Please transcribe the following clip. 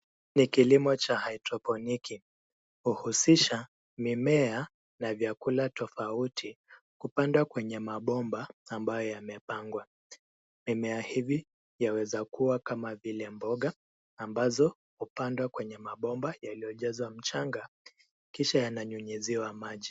Ni kilimo cha hydroponiki, uhusisha mimea na vyakula tofauti kupandwa kwenye mabomba ambayo yamepangwa. Mimea hivi yaweza kuwa kama vile mboga ambazo hupandwa kwenye mabomba yaliyojazwa mchanga kisha yananyunyiziwa maji.